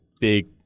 big